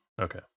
Okay